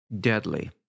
deadly